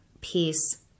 peace